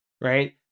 right